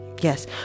Yes